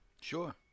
Sure